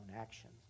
actions